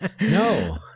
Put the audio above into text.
No